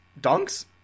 dunks